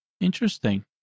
Interesting